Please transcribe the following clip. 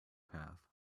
path